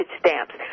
stamps